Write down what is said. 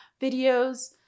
videos